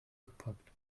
gepackt